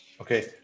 Okay